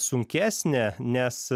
sunkesnę nes